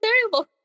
terrible